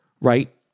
Right